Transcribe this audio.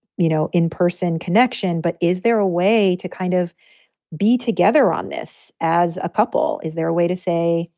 you know, in-person connection. but is there a way to kind of be together on this as a couple? is there a way to say,